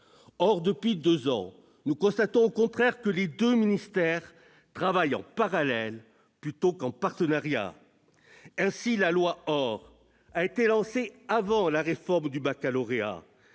Or, depuis deux ans, nous constatons au contraire que les deux ministères travaillent en parallèle plutôt qu'en partenariat. Ainsi, la loi ORE a été lancée avant la réforme du baccalauréat,